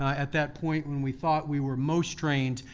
at that point, when we thought we were most trained,